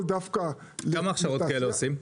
כמה הכשרות כאלה עושים?